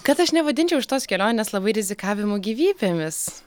kad aš nevadinčiau šitos kelionės labai rizikavimu gyvybėmis